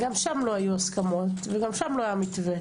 גם שם לא היו הסכמות וגם שם לא היה מתווה.